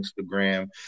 Instagram